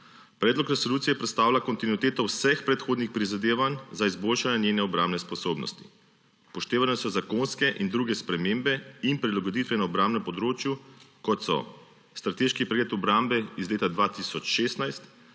Predlog resolucije predstavlja kontinuiteto vseh predhodnih prizadevanj za izboljšanje njene obrambne sposobnosti. Upoštevane so zakonske in druge spremembe in prilagoditve na obrambnem področju, kot so: strateški projekt obrambe iz leta 2016,